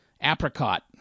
apricot